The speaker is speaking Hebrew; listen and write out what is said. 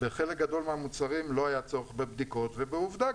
בחלק גדול מהמוצרים לא היה צורך בבדיקות ועובדה,